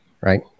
right